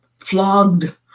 flogged